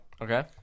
okay